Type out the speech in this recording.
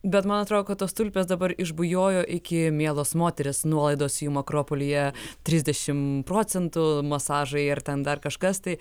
bet man atrodo tos tulpės dabar išbujojo iki mielos moterys nuolaidos jum akropolyje trisdešimt procentų masažai ar ten dar kažkas tai